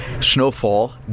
snowfall